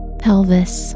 pelvis